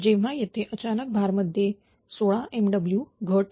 जेव्हा तेथे अचानक भार मध्ये 16 MW घट